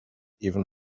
even